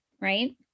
right